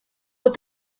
with